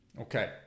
Okay